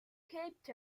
kept